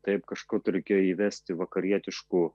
taip kažko tai reikėjo įvesti vakarietiškų